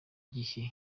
gihe